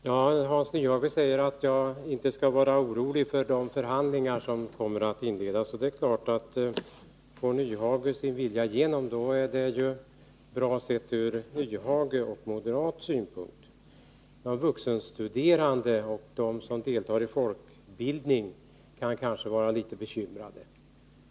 Herr talman! Hans Nyhage säger att jag inte skall vara orolig för de förhandlingar som kommer att inledas. Och det är klart att får Hans Nyhage sin vilja igenom är det bra, sett ur moderat synpunkt, men de vuxenstuderande och de som deltar i folkbildningsverksamhet kan kanske vara litet bekymrade.